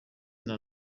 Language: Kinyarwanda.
nta